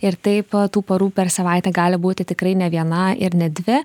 ir taip tų parų per savaitę gali būti tikrai ne viena ir ne dvi